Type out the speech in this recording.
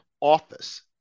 office